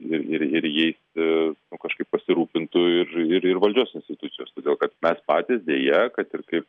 ir ir ir jais nu kažkaip pasirūpintų ir ir valdžios institucijos todėl kad mes patys deja kad ir kaip